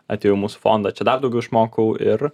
atėjau į mūsų fondą čia dar daugiau išmokau ir